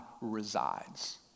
resides